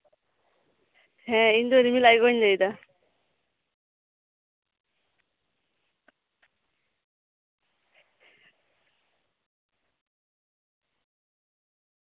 ᱦᱮᱸ ᱤᱧ ᱫᱚ ᱨᱤᱢᱤᱞ ᱟᱡ ᱜᱚᱧ ᱞᱟᱹᱭᱫᱟ